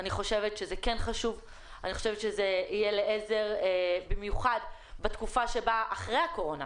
אני חושבת שזה כן חשוב וזה יהיה לעזר במיוחד בתקופה שלאחר הקורונה,